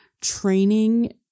training